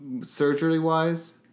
Surgery-wise